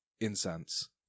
incense